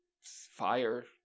fire